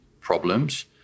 problems